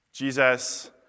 Jesus